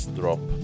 drop